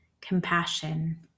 compassion